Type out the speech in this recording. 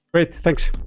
great! thanks